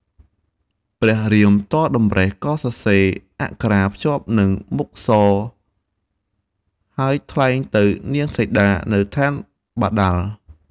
ព្រះរាមទាល់តម្រិះក៏សរសេរអក្ខរាភ្ជាប់នឹងមុខសរ ហើយថ្លែងទៅនាងសីតានៅឋានបាតាល។